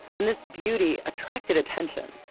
and this beauty attracted attention.